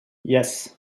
yes